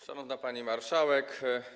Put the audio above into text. Szanowna Pani Marszałek!